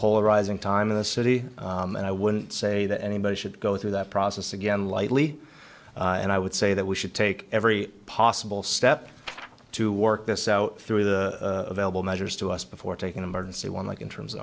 polarizing time in the city and i wouldn't say that anybody should go through that process again lightly and i would say that we should take every possible step to work this out through the available measures to us before take an emergency one like in terms of